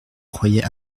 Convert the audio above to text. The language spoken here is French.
croyait